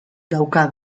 dauka